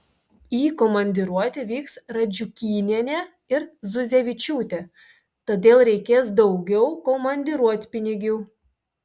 į komandiruotę vyks radžiukynienė ir zuzevičiūtė todėl reikės daugiau komandiruotpinigių